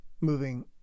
moving